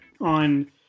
on